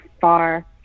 far